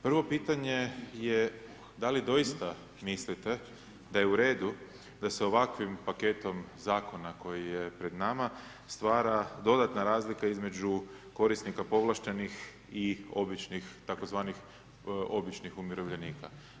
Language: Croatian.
Prvo pitanje je da li doista mislite da je u redu da se ovakvim paketom zakona koji je pred nama stvara dodatna razlika između korisnika povlaštenih i običnih, tzv. običnih umirovljenika.